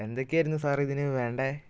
എന്തൊക്കെ ആയിരുന്നു സാറെ ഇതിന് വേണ്ടത്